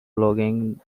belonging